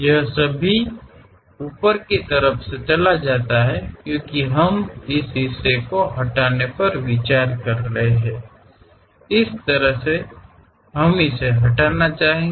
यह सभी ऊपर की तरफ से चला जाता है क्योंकि हम इस हिस्से को हटाने पर विचार कर रहे हैं इस तरह से हम इसे हटाना चाहेंगे